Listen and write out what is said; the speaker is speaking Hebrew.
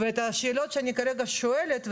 ואת השאלות שאני כרגע שואלת,